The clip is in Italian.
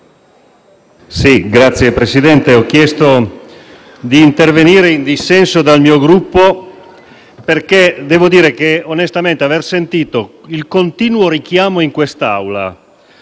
Signor Presidente, ho chiesto di intervenire il dissenso dal Gruppo perché devo dire che, onestamente, il continuo richiamo in quest'Aula